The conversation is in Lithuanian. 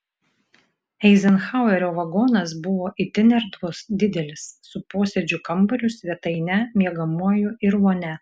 eizenhauerio vagonas buvo itin erdvus didelis su posėdžių kambariu svetaine miegamuoju ir vonia